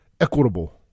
Equitable